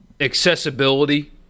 accessibility